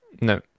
No